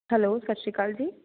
hello ਸਤਿ ਸ਼੍ਰੀ ਅਕਾਲ ਜੀ